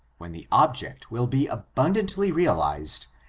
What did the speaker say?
when the object will be abundantly realized,